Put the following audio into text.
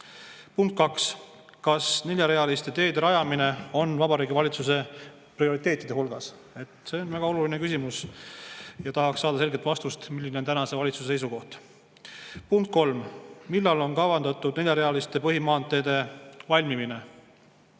Punkt kaks: kas neljarealiste teede rajamine on Vabariigi Valitsuse prioriteetide hulgas? See on väga oluline küsimus ja tahaks saada selget vastust, milline on tänase valitsuse seisukoht. Punkt kolm: millal on kavandatud neljarealiste põhimaanteede valmimine?